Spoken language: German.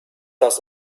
das